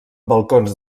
balcons